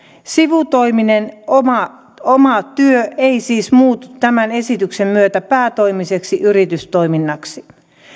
sivutoiminen oma työ ei siis muutu tämän esityksen myötä päätoimiseksi yritystoiminnaksi